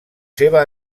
seva